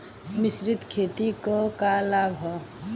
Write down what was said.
मिश्रित खेती क का लाभ ह?